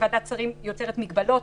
שוועדת שרים יוצרת מגבלות,